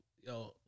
yo